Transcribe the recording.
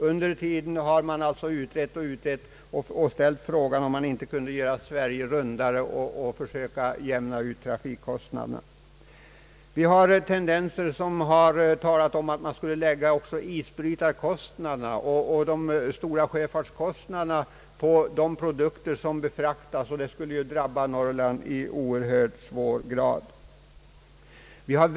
Under tiden har alltså utredningen pågått och frågan ställts om man inte skulle kunna göra Sverige rundare och försöka jämna ut trafikkostnaderna. Det har talats om att kostnaderna för isbrytare och sjöfarten skulle läggas på de produkter som befraktas, och detta skulle ju drabba Norrland i hög grad.